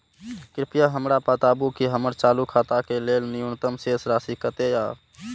कृपया हमरा बताबू कि हमर चालू खाता के लेल न्यूनतम शेष राशि कतेक या